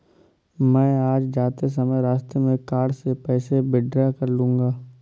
मैं आज जाते समय रास्ते में कार्ड से पैसे विड्रा कर लूंगा